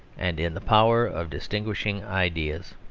and in the power of distinguishing ideas.